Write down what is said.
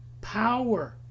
power